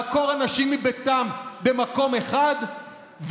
לעקור אנשים מביתם במקום אחד,